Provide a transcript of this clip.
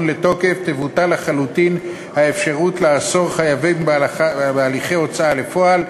לתוקף תבוטל לחלוטין האפשרות לאסור חייבים בהליכי ההוצאה לפועל,